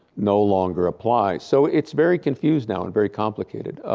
no longer apply. so it's very confused now and very complicated.